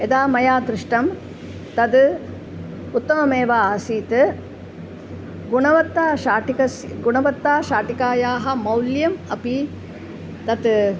यदा मया दृष्टं तद् उत्तममेव आसीत् गुणवत्ता शाटिकायाः गुणवत्ता शाटिकायाः मौल्यम् अपि तत्